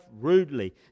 rudely